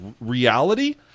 reality